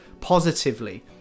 positively